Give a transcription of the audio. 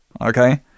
okay